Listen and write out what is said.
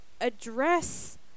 address